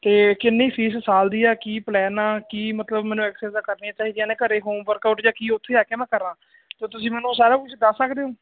ਤਾਂ ਕਿੰਨੀ ਫੀਸ ਸਾਲ ਦੀ ਆ ਕੀ ਪਲੈਨ ਆ ਕੀ ਮਤਲਬ ਮੈਨੂੰ ਐਕਸਾਈਜ ਕਰਨੀਆਂ ਚਾਹੀਦੀਆਂ ਨੇ ਘਰ ਹੋਮ ਵਰਕਆਊਟ ਜਾਂ ਕੀ ਉੱਥੇ ਆ ਕੇ ਮੈਂ ਕਰਾਂ ਅਤੇ ਤੁਸੀਂ ਮੈਨੂੰ ਸਾਰਾ ਕੁਝ ਦੱਸ ਸਕਦੇ ਹੋ